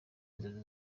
inzozi